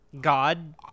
god